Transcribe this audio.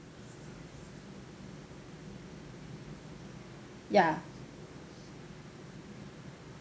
ya